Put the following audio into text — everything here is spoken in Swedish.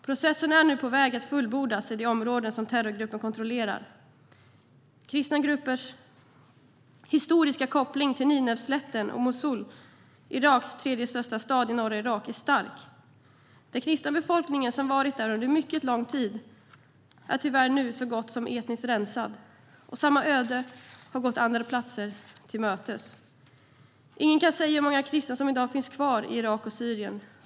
Processen är nu på väg att fullbordas i de områden som terrorgruppen kontrollerar. Kristna gruppers historiska koppling till Nineveslätten och Mosul i norra Irak, landets tredje största stad, är stark. Den kristna befolkningen, som varit där under mycket lång tid, är tyvärr nu så gott som etniskt rensad. Samma öde har gått andra platser till mötes. Ingen kan säga hur många kristna som i dag finns kvar i Irak och Syrien.